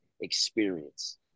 experience